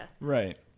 Right